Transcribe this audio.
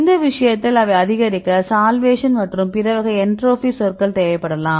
இந்த விஷயத்தில் அவை அதிகரிக்க சால்வேஷன் மற்றும் பிற வகை என்ட்ரோபி சொற்கள் தேவைப்படலாம்